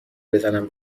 بزنم